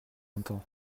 entend